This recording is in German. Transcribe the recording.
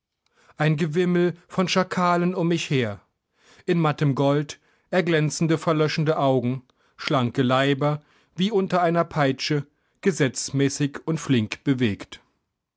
ein gewimmel von schakalen um mich her in mattem gold erglänzende verlöschende augen schlanke leiber wie unter einer peitsche gesetzmäßig und flink bewegt